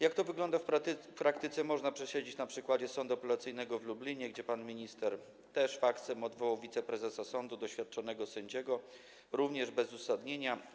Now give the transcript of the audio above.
Jak to wygląda w praktyce, można prześledzić na przykładzie Sądu Apelacyjnego w Lublinie, gdzie pan minister też faksem odwołał wiceprezesa sądu, doświadczonego sędziego, również bez uzasadnienia.